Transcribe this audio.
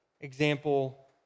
example